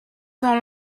sont